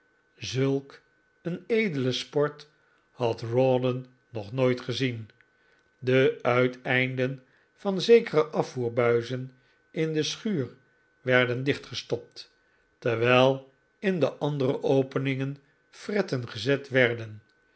zulk een edele sport had rawdon nog nooit gezien de uiteinden van zekere afvoerbuizen in de schuur werden dichtgestopt terwijl in de andere openingen fretten gezet werden